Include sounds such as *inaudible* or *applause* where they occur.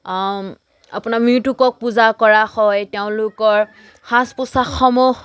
আপোনাৰ *unintelligible* পূজা কৰা হয় তেওঁলোকৰ সাজ পোচাকসমূহ